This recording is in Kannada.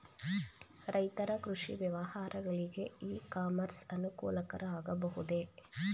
ರೈತರ ಕೃಷಿ ವ್ಯವಹಾರಗಳಿಗೆ ಇ ಕಾಮರ್ಸ್ ಅನುಕೂಲಕರ ಆಗಬಹುದೇ?